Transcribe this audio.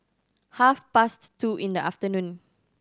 half past two in the afternoon